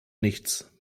nichts